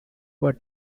were